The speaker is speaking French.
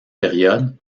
période